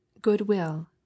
Goodwill